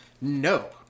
No